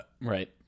Right